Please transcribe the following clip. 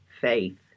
faith